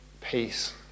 peace